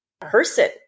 person